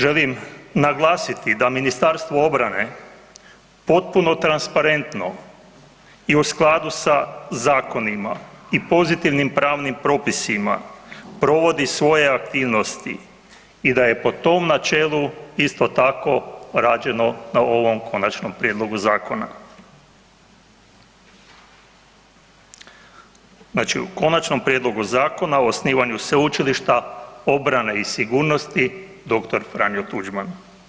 Želim naglasiti da Ministarstvo obrane potpuno transparentno i u skladu sa zakonima i pozitivnim pravnim propisima provodi svoje aktivnosti i da je po tom načelu isto tako rađeno na ovom konačnom prijedlogu zakona, znači u Konačnom prijedlogu Zakona o osnivanju sveučilišta obrane i sigurnosti Dr. Franjo Tuđman.